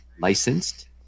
licensed